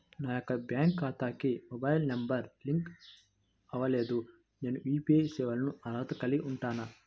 నా యొక్క బ్యాంక్ ఖాతాకి మొబైల్ నంబర్ లింక్ అవ్వలేదు నేను యూ.పీ.ఐ సేవలకు అర్హత కలిగి ఉంటానా?